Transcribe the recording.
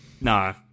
No